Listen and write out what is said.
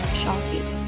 shouted